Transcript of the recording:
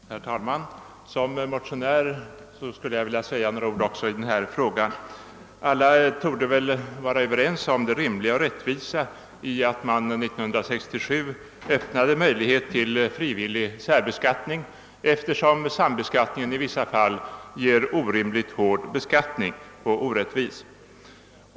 Herr talman! Som motionär vill jag säga några ord i denna fråga. Alla torde vara överens om det rimliga och rättvisa i att man år 1967 öppnade möjlighet till frivillig särbeskattning, eftersom sambeskattningen i vissa fall blir orimligt hård och orättvis.